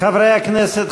חברי הכנסת,